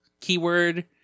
keyword